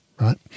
Right